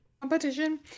Competition